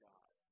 God